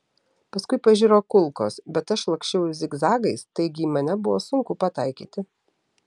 paskui pažiro kulkos bet aš laksčiau zigzagais taigi į mane buvo sunku pataikyti